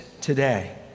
today